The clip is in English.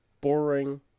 boring